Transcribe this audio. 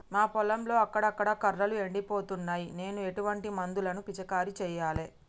మా పొలంలో అక్కడక్కడ కర్రలు ఎండిపోతున్నాయి నేను ఎటువంటి మందులను పిచికారీ చెయ్యాలే?